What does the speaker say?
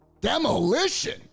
Demolition